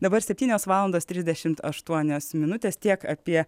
dabar septynios valandos trisdešim aštuonios minutės tiek apie